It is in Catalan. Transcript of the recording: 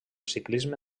ciclisme